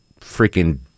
freaking